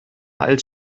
als